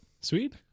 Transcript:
Sweet